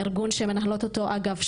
ארגון שמנהלות אותו אגב,